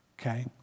okay